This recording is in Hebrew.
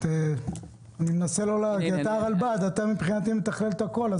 אתה הרלב"ד, ומבחינתי אתה מתכלל את הכול.